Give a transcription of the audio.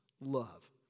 love